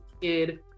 kid